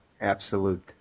absolute